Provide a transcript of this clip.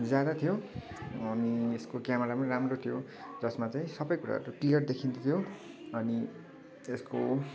ज्यादा थियो अनि यसको क्यामरा पनि राम्रो थियो जसमा चाहिँ सबै कुराहरू क्लियर देखिन्थ्यो अनि यसको